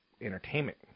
entertainment